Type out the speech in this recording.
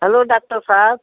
hello doctor Saheb